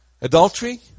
Adultery